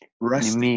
Rest